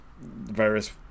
Various